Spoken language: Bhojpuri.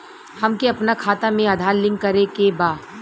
हमके अपना खाता में आधार लिंक करें के बा?